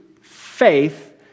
faith